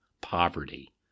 poverty